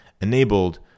enabled